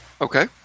Okay